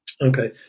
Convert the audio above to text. Okay